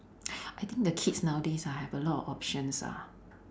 I think the kids nowadays ah have a lot of options ah